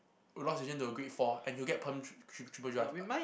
into a great four and you'll get perm triple triple drive